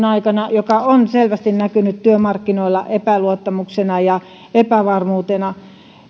aikana mikä on selvästi näkynyt työmarkkinoilla epäluottamuksena ja epävarmuutena